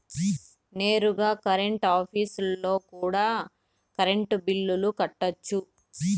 నేరుగా కరెంట్ ఆఫీస్లో కూడా కరెంటు బిల్లులు కట్టొచ్చు